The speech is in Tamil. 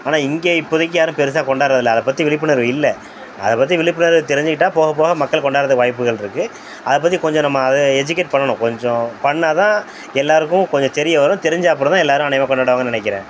ஆனால் இங்கே இப்போதைக்கி யாரும் பெருசாக கொண்டாடுறது இல்லை அதை பற்றி விழிப்புணர்வு இல்லை அதை பற்றி விழிப்புணர்வு தெரிஞ்சிக்கிட்டால் போக போக மக்கள் கொண்டாடுறதுக்கு வாய்ப்புகளிருக்கு அதை பற்றி கொஞ்சம் நம்ம அது எஜுகேட் பண்ணணும் கொஞ்சம் பண்ணால் தான் எல்லாருக்கும் கொஞ்சம் தெரிய வரும் தெரிஞ்ச அப்புறந்தான் எல்லாரும் அநேகமாக கொண்டாடுவாங்கன்னு நினைக்கிறேன்